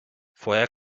vorher